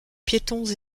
piétons